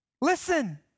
Listen